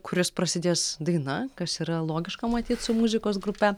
kuris prasidės daina kas yra logiška matyt su muzikos grupe